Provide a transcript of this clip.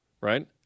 right